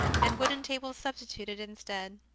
and wooden tables substituted instead.